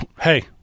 Hey